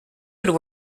would